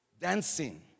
dancing